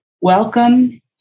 welcome